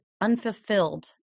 unfulfilled